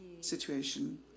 situation